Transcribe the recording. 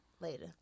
later